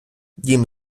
дім